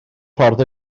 ffordd